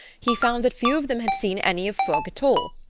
he found that few of them had seen any of fog at all,